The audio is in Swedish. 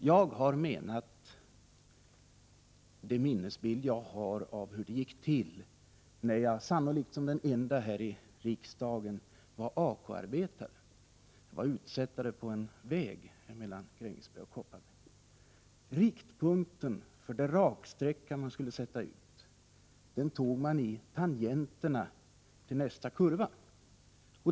Jag har utgått från en minnesbild av hur det gick till när jag — sannolikt som den enda här i riksdagen — var AK-arbetare. Jag var utsättare på en väg mellan Grängesberg och Kopparberg. Riktpunkten för den vägsträcka man skulle sätta ut tog man i tangenterna till nästa kurva.